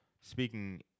speaking